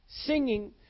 singing